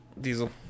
Diesel